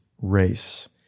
race